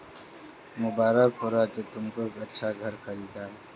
मुबारक हो राजू तुमने एक अच्छा घर खरीदा है